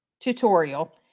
tutorial